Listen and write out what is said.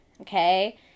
okay